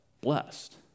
blessed